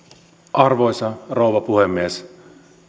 arvoisa rouva puhemies